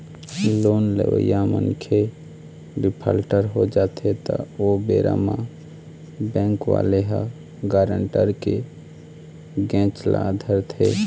loan लेवइया मनखे defaulter हो जाथे त ओ बेरा म बेंक वाले ह गारंटर के घेंच ल धरथे